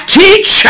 teach